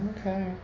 Okay